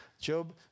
Job